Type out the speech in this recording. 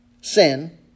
sin